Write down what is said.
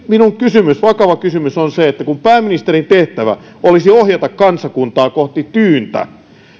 minun kysymykseni vakava kysymykseni on se että kun pääministerin tehtävä olisi ohjata kansakuntaa kohti tyyntä